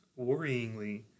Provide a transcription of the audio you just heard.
worryingly